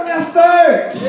effort